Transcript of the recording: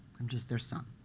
i'm just their son.